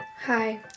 Hi